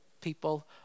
people